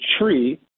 tree